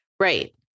Right